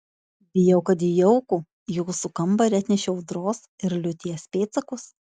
bijau kad į jaukų jūsų kambarį atnešiau audros ir liūties pėdsakus